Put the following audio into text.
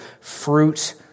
fruit